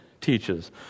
teaches